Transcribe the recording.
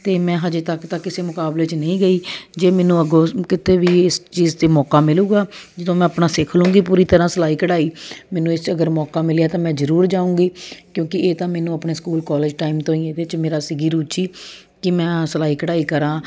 ਅਤੇ ਮੈਂ ਹਜੇ ਤੱਕ ਤਾਂ ਕਿਸੇ ਮੁਕਾਬਲੇ 'ਚ ਨਹੀਂ ਗਈ ਜੇ ਮੈਨੂੰ ਅੱਗੋਂ ਕਿਤੇ ਵੀ ਇਸ ਚੀਜ਼ 'ਤੇ ਮੌਕਾ ਮਿਲੇਗਾ ਜਦੋ ਮੈਂ ਆਪਣਾ ਸਿੱਖ ਲਵਾਂਗੀ ਪੂਰੀ ਤਰ੍ਹਾਂ ਸਿਲਾਈ ਕਢਾਈ ਮੈਨੂੰ ਇਸ 'ਚ ਅਗਰ ਮੌਕਾ ਮਿਲਿਆ ਤਾਂ ਮੈਂ ਜ਼ਰੂਰ ਜਾਵਾਂਗੀ ਕਿਉਂਕਿ ਇਹ ਤਾਂ ਮੈਨੂੰ ਆਪਣੇ ਸਕੂਲ ਕੋਲਜ਼ ਟਾਈਮ ਤੋਂ ਹੀ ਇਹਦੇ 'ਚ ਮੇਰਾ ਸੀ ਗੀ ਰੁਚੀ ਕਿ ਮੈਂ ਸਿਲਾਈ ਕਢਾਈ ਕਰਾਂ